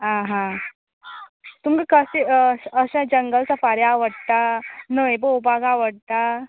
आं हां तुमी काशीं जंगल सफारी आवडटा न्हंय पळोवपाक आवडटा